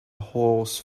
horse